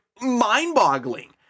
mind-boggling